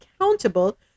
accountable